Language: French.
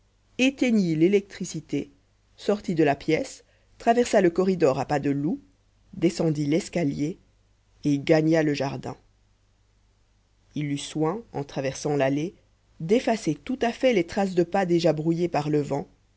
éteignit l'électricité sortit de la pièce traversa le corridor à pas de loup descendit l'escalier et gagna le jardin il eut soin en traversant l'allée d'effacer tout à fait les traces de pas déjà brouillées par le vent